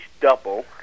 double